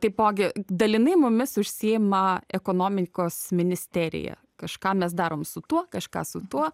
taipogi dalinai mumis užsiima ekonomikos ministerija kažką mes darom su tuo kažką su tuo